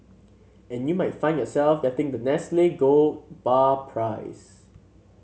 and you might find yourself getting that Nestle gold bar prize